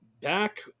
Back